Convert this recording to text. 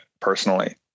personally